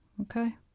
Okay